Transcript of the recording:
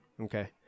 Okay